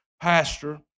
pastor